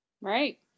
Right